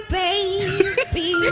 baby